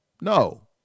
No